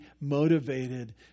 motivated